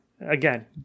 again